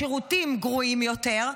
שירותים גרועים יותר,